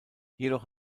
jedoch